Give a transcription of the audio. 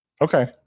Okay